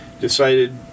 decided